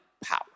power